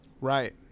right